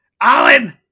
Alan